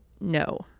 No